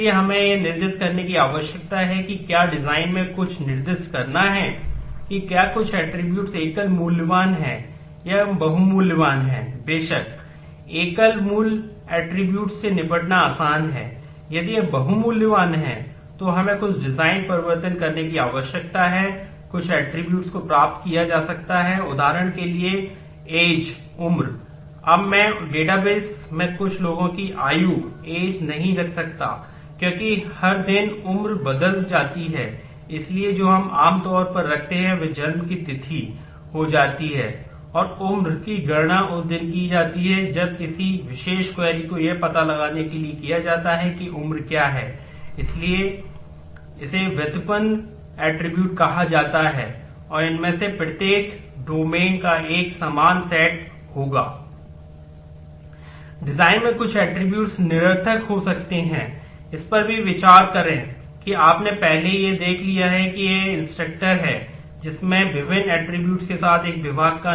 इसलिए हमें यह भी निर्दिष्ट करने की आवश्यकता है कि क्या डिज़ाइन होगा